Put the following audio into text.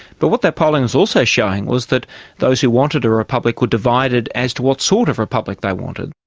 but what that polling was also showing was that those who wanted a republic were divided as to what sort of republic they wanted.